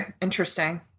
Interesting